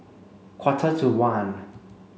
quarter to one